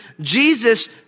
Jesus